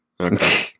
Okay